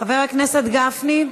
חבר הכנסת גפני,